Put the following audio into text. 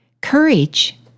Courage